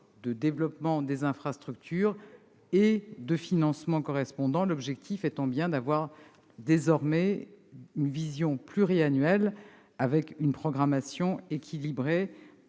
du développement des infrastructures et des financements correspondants, l'objectif étant bien de disposer désormais d'une vision pluriannuelle, avec une programmation équilibrée